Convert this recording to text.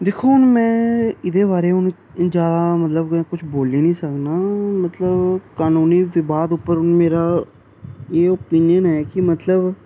दिक्खो हून में एह्दे बारे हून जादा मतलब कुछ बोली निं सकनां मतलब कनूनी विवाद उप्पर हून मेरा एह् ओपीनियन ऐ कि मतलब